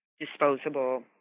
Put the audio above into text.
disposable